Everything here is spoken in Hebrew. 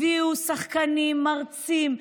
הביאו שחקנים ומרצים,